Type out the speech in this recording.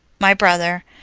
my brother,